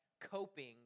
coping